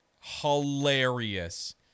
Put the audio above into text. hilarious